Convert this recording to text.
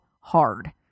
hard